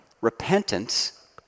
Repentance